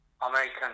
American